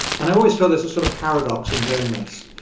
and i always feel there's a sort of paradox in doing this.